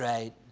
right.